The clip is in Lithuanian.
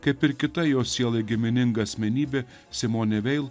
kaip ir kita jo sielai gimininga asmenybė simone veil